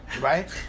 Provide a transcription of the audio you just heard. right